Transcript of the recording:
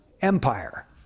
Empire